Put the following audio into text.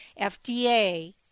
FDA